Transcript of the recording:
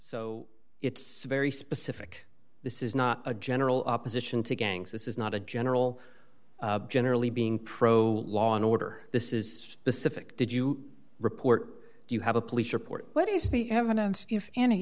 so it's very specific this is not a general opposition to gangs this is not a general generally being pro law and order this is the civic did you report you have a police report what is the evidence if any